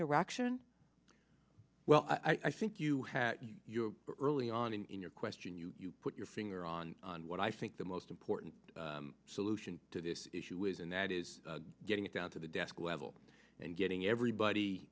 direction well i think you had your early on in your question you put your finger on what i think the most important solution to this issue is and that is getting it down to the desk level and getting everybody